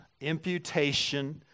imputation